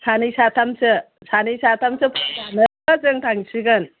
सानै साथामसो सानै साथामसो फैबानो जों थांसिगोन